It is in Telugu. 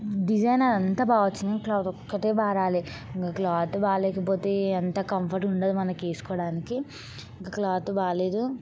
డిజైన్ అంతా బాగొచ్చింది క్లాత్ ఒక్కటే బాగా రాలే ఇంక క్లాత్ బాగలేకపోతే అంత కంఫర్ట్ ఉండదు మనకి వేసుకోడానికి ఇంక క్లాత్ బాగలేదు